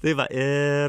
tai va ir